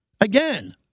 Again